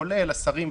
כולל השרים,